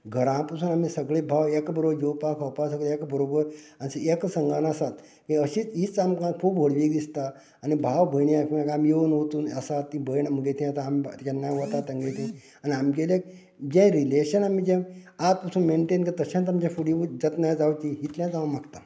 घरांत पासून आमी सगळें भाव एका बरोबर जेवपाक खावपाक सगळें एक बरोबर आनी एका संघान आसात ही अशीच ही संघ खूब व्हडली दिसता आनी भाव भयणी एकामेकांक मेळून वचून आसात ती भयण म्हगेली आता केन्ना वता तेंगे थंय आनी आमगेले जे रिलेशन आमी जे आयज पसून मेंन्टेन केलां तशेंच आमगे तें जतनाय जावंची इतलेच हांव मागतां